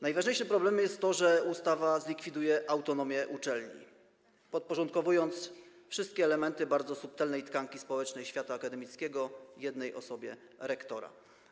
Najważniejszym problemem jest to, że ustawa zlikwiduje autonomię uczelni, podporządkowując wszystkie elementy bardzo subtelnej tkanki społecznej świata akademickiego jednej osobie - rektorowi.